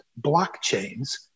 blockchains